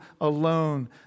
alone